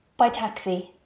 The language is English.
by taxi!